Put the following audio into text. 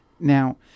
Now